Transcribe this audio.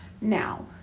Now